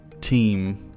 team